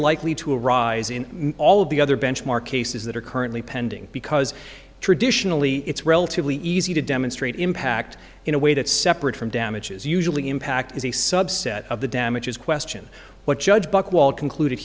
likely to arise in all of the other benchmark cases that are currently pending because traditionally it's relatively easy to demonstrate impact in a way that's separate from damages usually impact is a subset of the damages question what judge buchwald concluded